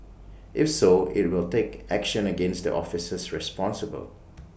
if so IT will take action against the officers responsible